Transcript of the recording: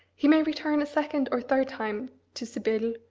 he may return a second or third time to sibylle,